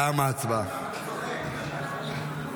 (קוראת בשמות חברי